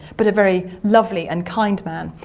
but a very lovely and kind man.